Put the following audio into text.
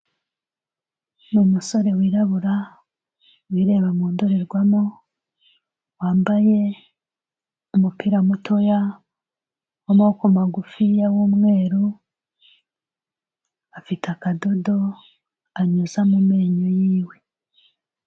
Ni umusore wirabura wireba mu ndorerwamo, wambaye umupira muto w'amaboko magufiya w'umweru, afite akadodo anyuza mu menyo y'iwe.